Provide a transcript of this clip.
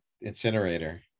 incinerator